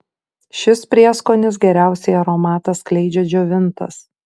šis prieskonis geriausiai aromatą skleidžia džiovintas